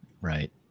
Right